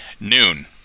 Noon